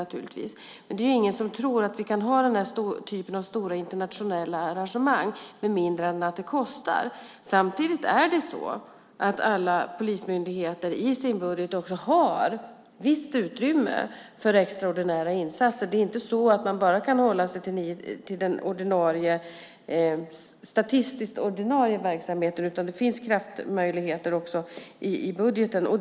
Det är dock ingen som tror att vi kan ha den här typen av stora internationella arrangemang med mindre än att det kostar. Samtidigt har alla polismyndigheter i sin budget visst utrymme för extraordinära insatser. Det är inte så att man bara kan hålla sig till den statistiskt ordinarie verksamheten, utan det finns möjligheter också i budgeten.